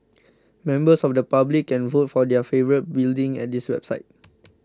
members of the public can vote for their favourite building at this website